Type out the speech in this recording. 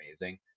amazing